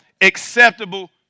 acceptable